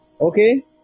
okay